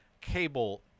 Cable